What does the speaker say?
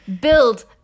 build